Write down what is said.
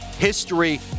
history